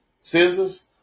Scissors